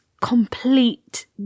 complete